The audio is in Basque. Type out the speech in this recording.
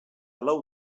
lau